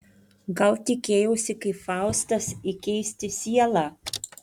gal tikėjausi kaip faustas įkeisti sielą